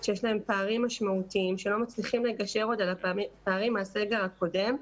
שיש להם פערים משמעותיים שלא מצליחים לגשר עוד על הפערים מהסגר הקודם.